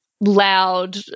loud